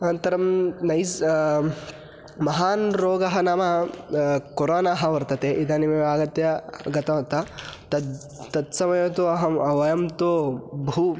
अनन्तरं नैस् महान् रोगः नाम कोरोनाः वर्तते इदानीमेव आगत्य गतवन्तः तत् तत्समये तु अहं वयं तु बहु